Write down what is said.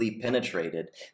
penetrated